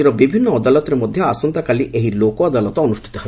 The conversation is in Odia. ସେହିପରି ରାଜ୍ୟର ବିଭିନ୍ନ ଅଦାଲତରେ ମଧ୍ଧ ଆସନ୍ତାକାଲି ଏହି ଲୋକ ଅଦାଲତ ଅନୁଷ୍ଟିତ ହେବ